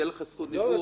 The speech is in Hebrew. תהיה לכם זכות דיבור,